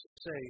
say